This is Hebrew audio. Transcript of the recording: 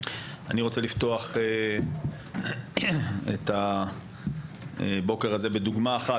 אני רוצה לפתוח את הבוקר הזה בדוגמה אחת